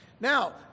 Now